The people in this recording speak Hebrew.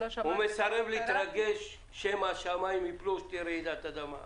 ומסרב להתרגש שמא השמיים ייפלו או שתהיה רעידת אדמה.